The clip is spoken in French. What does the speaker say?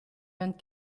vingt